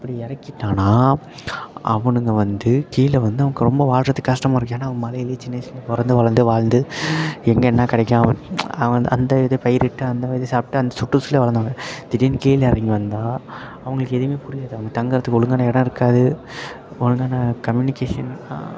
அப்படி இறக்கிட்டானா அவனுங்க வந்து கீழே வந்து அவனுக்கு ரொம்ப வாழ்றத்துக்கு கஷ்டமாக இருக்கும் ஏன்னால் அவங்க மலையிலே சின்ன வயசிலே பிறந்து வளர்ந்து வாழ்ந்து எங்கே என்ன கிடைக்கும் அவ அவன் அந்த இது பயிரிட்டு அந்த இதை சாப்பிட்டு அந்த சுற்றுச்சூழல்ல வளர்ந்தவங்க திடீரெனு கீழே இறங்கி வந்தால் அவங்களுக்கு எதுவுமே புரியாது அவங்களுக்கு தங்கிறத்துக்கு ஒழுங்கான இடம் இருக்காது ஒழுங்கான கம்யூனிகேஷன்